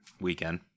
Weekend